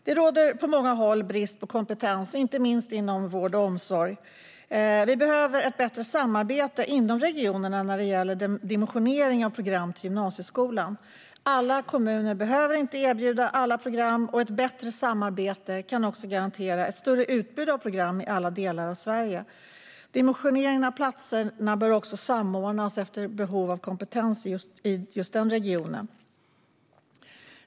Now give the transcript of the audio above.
Det råder brist på kompetens på många håll, inte minst inom vård och omsorg. Vi behöver bättre samarbete inom regionerna när det gäller dimensioneringen av program inom gymnasieskolan. Alla kommuner behöver inte erbjuda alla program. Ett bättre samarbete kan ändå garantera ett större utbud av program i alla delar av Sverige. Dimensioneringen av platserna bör också samordnas efter behovet av kompetens i just den regionen.